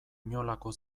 inolako